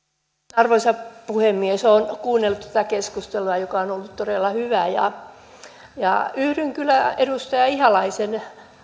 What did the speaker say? arvoisa puhemies olen kuunnellut tätä keskustelua joka on ollut todella hyvää ja yhdyn kyllä edustaja ihalaisen